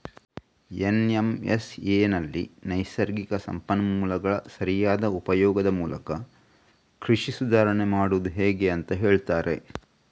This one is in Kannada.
ಎನ್.ಎಂ.ಎಸ್.ಎನಲ್ಲಿ ನೈಸರ್ಗಿಕ ಸಂಪನ್ಮೂಲಗಳ ಸರಿಯಾದ ಉಪಯೋಗದ ಮೂಲಕ ಕೃಷಿ ಸುಧಾರಾಣೆ ಮಾಡುದು ಹೇಗೆ ಅಂತ ಹೇಳ್ತಾರೆ